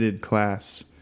class